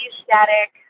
static